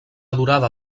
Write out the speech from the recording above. durada